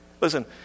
Listen